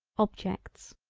objects.